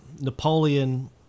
Napoleon